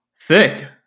thick